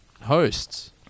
hosts